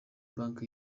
banki